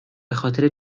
بخاطر